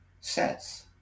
says